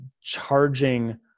charging